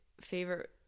favorite